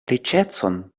riĉecon